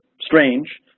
strange